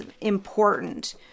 important